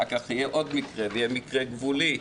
אחר כך יהיה עוד מקרה, ויהיה מקרה גבולי.